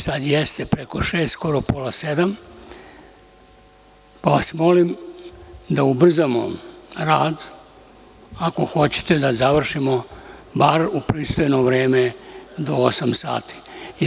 Sad jeste preko šest, skoro pola sedam, pa vas molim da ubrzamo rad ako hoćete da završimo bar u pristojno vreme do osam sati.